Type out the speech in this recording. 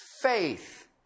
Faith